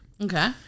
Okay